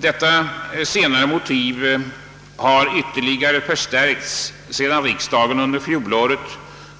Detta senare motiv har ytterligare förstärkts sedan riksdagen under fjolåret